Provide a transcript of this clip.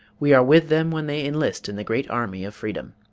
we are with them when they enlist in the great army of freedom.